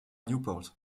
newport